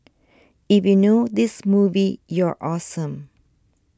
if you know this movie you're awesome